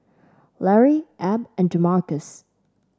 Lary Ab and Jamarcus